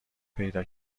پیدا